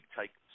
take